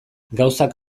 gauzak